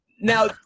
now